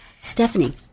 Stephanie